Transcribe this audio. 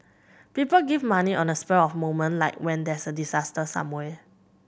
people give money on the spur of moment like when there's a disaster somewhere